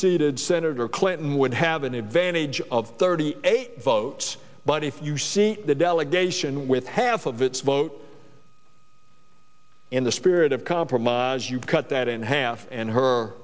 seated senator clinton would have an advantage of thirty eight votes but if you see the delegation with half of its vote in the spirit of compromise you cut that in half and her